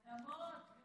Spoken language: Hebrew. אדמות.